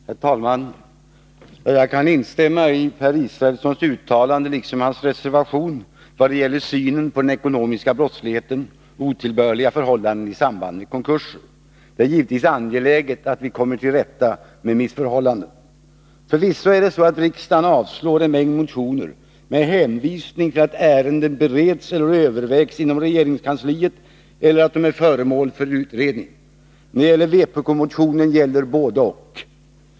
Herr talman! Jag kan instämma i Per Israelssons uttalande liksom i hans reservation i vad gäller synen på den ekonomiska brottsligheten och otillbörliga förhållanden i samband med konkurser. Det är givetvis angeläget att vi kommer till rätta med missförhållanden. Förvisso är det så att riksdagen avslår en mängd motioner med hänvisning till att ärendet bereds eller övervägs inom regeringskansliet eller är föremål för utredning. I fråga om vpk-motionen gäller både-och.